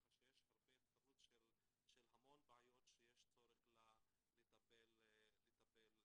מראות שיש בעיות רבות שיש צורך לטפל בהן.